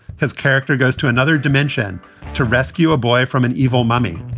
his character goes to another dimension to rescue a boy from an evil mummy.